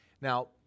Now